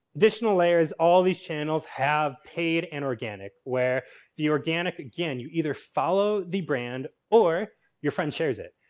additional layers all these channels have paid and organic where the organic, again, you either follow the brand or your friend shares it.